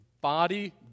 body